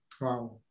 Wow